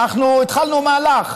אנחנו התחלנו מהלך.